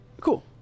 Cool